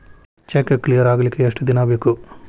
Check clear ಆಗಲಿಕ್ಕೆ ಎಷ್ಟ ದಿನ ಬೇಕು?